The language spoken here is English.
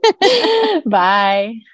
Bye